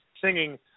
singing